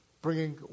bringing